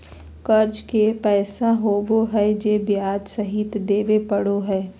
कर्ज उधार के पैसा होबो हइ जे ब्याज सहित देबे पड़ो हइ